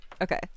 Okay